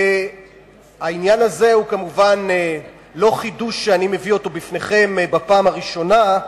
וזה כמובן לא חידוש שאני מביא לפניכם בפעם הראשונה,